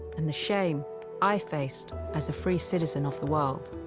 and the shame i faced as a free citizen of the world.